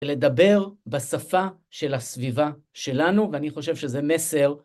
לדבר בשפה של הסביבה שלנו, ואני חושב שזה מסר.